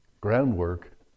groundwork